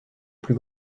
plus